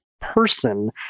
person